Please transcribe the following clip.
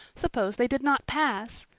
suppose they did not pass!